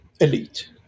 elite